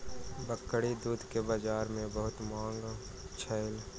बकरीक दूध के बजार में बहुत मांग छल